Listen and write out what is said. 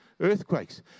Earthquakes